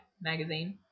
Magazine